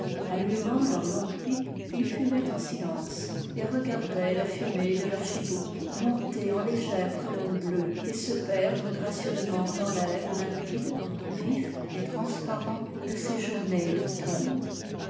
allumant leurs longues pipes ils fumaient en silence et regardaient la fumée de leurs chibouks monter en légère colonne bleue et se perdre gracieusement dans l'air limpide vif et transparent de ces journées d'automne